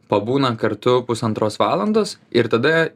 pabūna kartu pusantros valandos ir tada